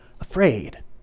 afraid